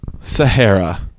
Sahara